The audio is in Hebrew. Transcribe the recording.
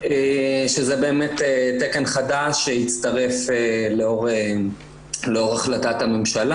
זה באמת תקן חדש שהצטרף לאור החלטת הממשלה.